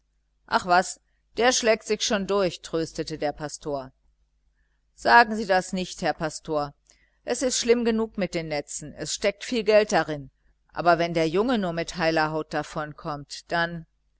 ach was der schlägt sich schon durch tröstete der pastor sagen sie das nicht herr pastor es ist schlimm genug mit den netzen es steckt viel geld darin aber wenn der junge nur mit heiler haut davonkommt dann